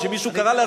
אי-אפשר להכליל.